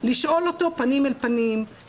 לשאול אותו פנים אל פנים,